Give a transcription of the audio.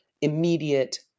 immediate